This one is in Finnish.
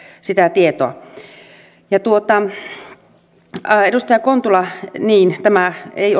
sitä tietoa edustaja kontula niin ei